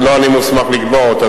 שלא אני מוסמך לקבוע אותה,